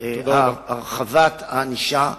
הרחבת הענישה הכלכלית.